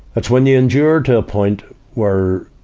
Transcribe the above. it's when you endure to a point where,